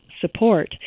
support